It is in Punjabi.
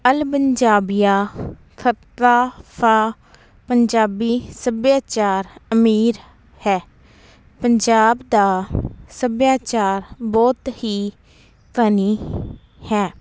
ਅਲ ਪੰਜਾਬੀਆ ਫਤਾ ਫਾ ਪੰਜਾਬੀ ਸੱਭਿਆਚਾਰ ਅਮੀਰ ਹੈ ਪੰਜਾਬ ਦਾ ਸੱਭਿਆਚਾਰ ਬਹੁਤ ਹੀ ਧਨੀ ਹੈ